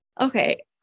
Okay